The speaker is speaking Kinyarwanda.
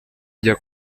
njya